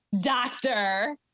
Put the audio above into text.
Doctor